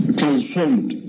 transformed